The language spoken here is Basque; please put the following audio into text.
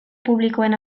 publikoen